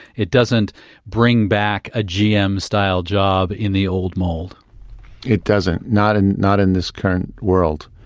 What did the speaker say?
it doesn't bring back a gm-style job in the old mold it doesn't. not in not in this current world.